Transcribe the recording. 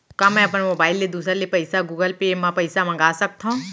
का मैं अपन मोबाइल ले दूसर ले पइसा गूगल पे म पइसा मंगा सकथव?